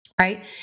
Right